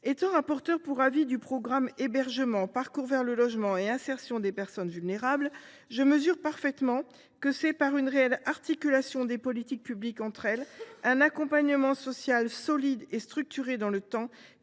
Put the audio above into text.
Étant rapporteur pour avis du programme 177 « Hébergement, parcours vers le logement et insertion des personnes vulnérables », je mesure que seuls une réelle articulation des politiques publiques entre elles et un accompagnement social solide et structuré dans le temps